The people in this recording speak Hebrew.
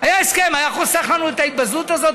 היה הסכם, הוא היה חוסך לנו את ההתבזות הזו.